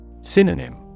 Synonym